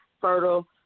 Fertile